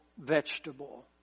vegetable